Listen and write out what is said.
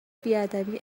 بیادبی